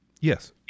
yes